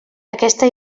aquesta